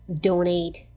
Donate